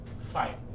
fight